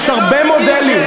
יש הרבה מודלים.